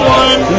one